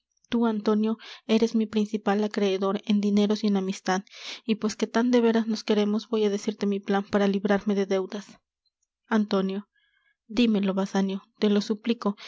antonio eres mi principal acreedor en dineros y en amistad y pues que tan de veras nos queremos voy á decirte mi plan para librarme de deudas antonio dímelo basanio te lo suplico